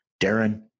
Darren